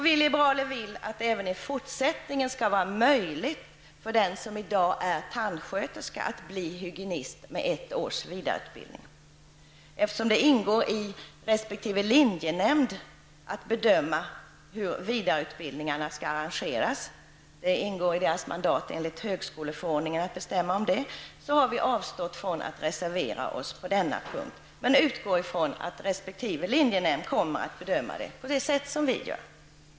Vi liberaler vill att det även i fortsättningen skall vara möjligt för den som i dag är tandsköterska att bli hygienist med ett års vidareutbildning. Eftersom det enligt högskoleförordningen ingår i resp. linjenämnds mandat att bedöma hur vidareutbildningarna skall arrangeras, har vi avstått från att reservera oss på denna punkt. Men vi utgår från att resp. linjenämnd kommer att bedöma detta på samma sätt som vi gör.